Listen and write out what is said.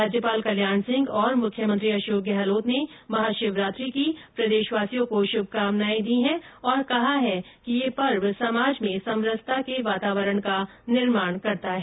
राज्यपाल कल्याण सिंह और मुख्यमंत्री अशोक गहलोत ने महाशिवरात्रि की प्रदेशवासियों को शुभकामनाए दी है और कहा है कि ये पर्व समाज में समरसता के वातावरण का निर्माण करता है